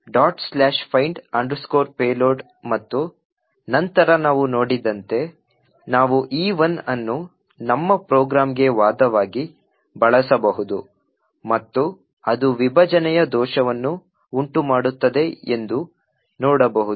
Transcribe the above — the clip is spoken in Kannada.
find payload ಮತ್ತು ನಂತರ ನಾವು ನೋಡಿದಂತೆ ನಾವು E1 ಅನ್ನು ನಮ್ಮ ಪ್ರೋಗ್ರಾಂಗೆ ವಾದವಾಗಿ ಬಳಸಬಹುದು ಮತ್ತು ಅದು ವಿಭಜನೆಯ ದೋಷವನ್ನು ಉಂಟುಮಾಡುತ್ತದೆ ಎಂದು ನೋಡಬಹುದು